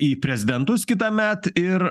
į prezidentus kitąmet ir